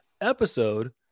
episode